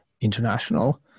international